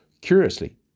Curiously